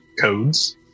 codes